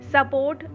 Support